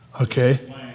Okay